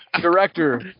Director